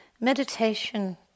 meditation